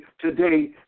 today